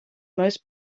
most